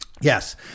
Yes